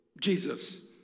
Jesus